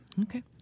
Okay